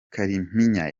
kalimpinya